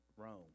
Rome